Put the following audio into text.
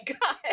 god